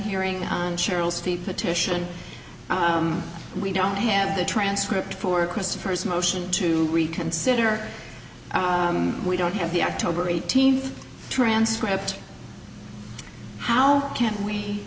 hearing on cheryl's fee petition and we don't have the transcript for christopher's motion to reconsider we don't have the october eighteenth transcript how can we